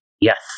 Yes